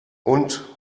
und